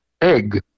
egg